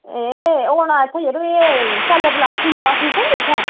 एह् औना इत्थै जरो एह् सैल्लां तलाऽ सीईओ आफिस ऐ निं जित्थै